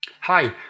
Hi